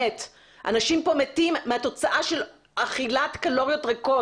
אנשים פה מתים מהתוצאה של אכילת קלוריות ריקות.